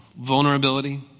Vulnerability